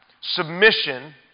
submission